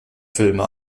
filme